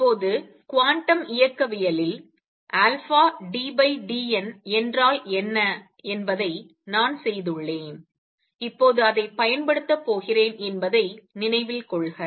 இப்போது குவாண்டம் இயக்கவியலில் ddn என்றால் என்ன என்பதை நான் செய்துள்ளேன் இப்போது அதைப் பயன்படுத்தப் போகிறேன் என்பதை நினைவில் கொள்க